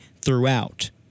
throughout